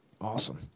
Awesome